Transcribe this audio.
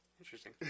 Interesting